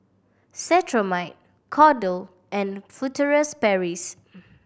Cetrimide Kordel and Furtere's Paris